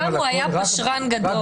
פעם הוא היה פשרן גדול.